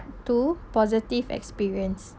two positive experience